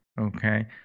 okay